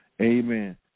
Amen